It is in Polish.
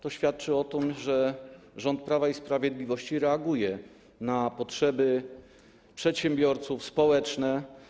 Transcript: To świadczy o tym, że rząd Prawa i Sprawiedliwości reaguje na potrzeby przedsiębiorców, społeczne.